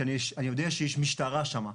כי אני יודע שיש שם משטרה,